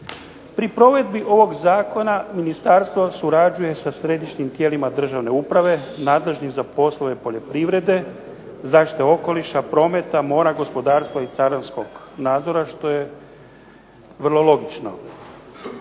Pri provedbi ovog zakona ministarstvo surađuje sa središnjim tijelima državne uprave nadležnim za poslove poljoprivrede, zaštite okoliša, prometa, mora, gospodarstva i carinskog nadzora što je vrlo logično.